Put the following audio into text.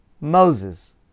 Moses